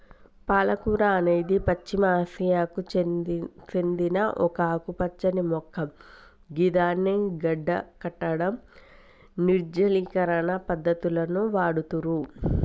పాలకూర అనేది పశ్చిమ ఆసియాకు సేందిన ఒక ఆకుపచ్చని మొక్క గిదాన్ని గడ్డకట్టడం, నిర్జలీకరణ పద్ధతులకు వాడుతుర్రు